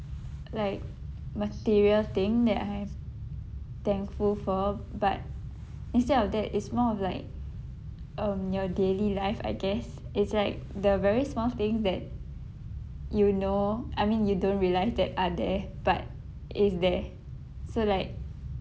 like material thing that I'm thankful for but instead of that it's more of like um your daily life I guess it's like the very small thing that you know I mean you don't realise that are there but it's there so like